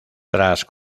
tras